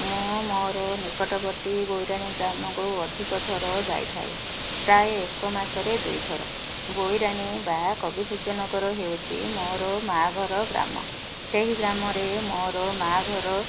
ମୁଁ ମୋର ନିକଟବର୍ତ୍ତୀ ବୋଇରାଣୀ ଗ୍ରାମକୁ ଅଧିକ ଥର ଯାଇଥାଏ ପ୍ରାୟ ଏକ ମାସରେ ଦୁଇଥର ବୋଇରାଣୀ ବା କବିସୂର୍ଯ୍ୟନଗର ହେଉଛି ମୋର ମା' ଘର ଗ୍ରାମ ସେହି ଗ୍ରାମରେ ମୋର ମା' ଘର